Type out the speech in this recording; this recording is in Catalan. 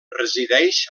resideix